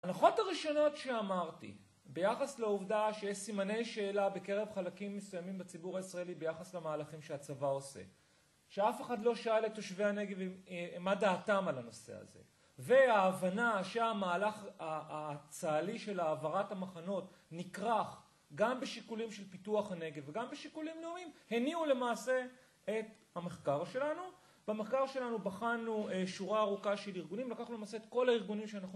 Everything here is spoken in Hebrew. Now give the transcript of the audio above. ההנחות הראשונות שאמרתי, ביחס לעובדה שיש סימני שאלה בקרב חלקים מסוימים בציבור הישראלי ביחס למהלכים שהצבא עושה, שאף אחד לא שאל את תושבי הנגב אם, אהה..., מה דעתם על הנושא הזה, וההבנה שהמהלך הצהלי של העברת המחנות נקרח גם בשיקולים של פיתוח הנגב וגם בשיקולים לאומיים, הניעו למעשה את המחקר שלנו. במחקר שלנו בחנו שורה ארוכה של ארגונים, לקחנו למעשה את כל הארגונים